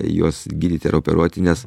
juos gydyti ar operuoti nes